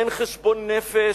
אין חשבון נפש,